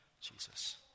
Jesus